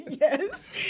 Yes